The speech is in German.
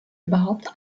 überhaupt